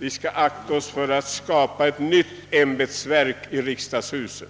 Vi skall akta oss för att tillskapa ett nytt ämbetsverk här i huset.